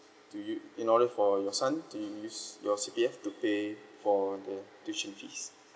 to u~ in order for your son to use your C_P_F to pay for the tuition fees